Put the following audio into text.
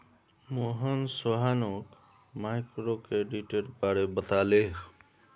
मोहन सोहानोक माइक्रोक्रेडिटेर बारे बताले